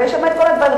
ויש שם את כל הדברים?